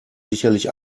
sicherlich